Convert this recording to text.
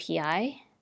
API